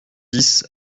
dix